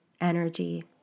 energy